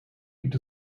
gibt